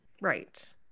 Right